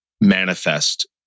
manifest